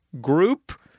group